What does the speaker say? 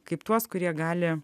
kaip tuos kurie gali